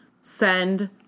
send